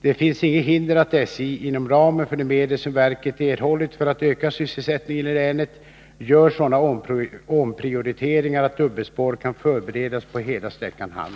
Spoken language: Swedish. Det finns inget hinder att SJ inom ramen för de medel 23 november 1982 som verket erhållit för att öka sysselsättningen i länet gör sådana omprioriteringar att dubbelspår kan förberedas på hela sträckan Halm